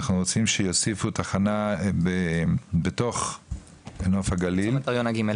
אנחנו רוצים שיוסיפו תחנה בנוף הגליל בצומת הר יונה ג',